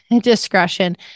discretion